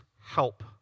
help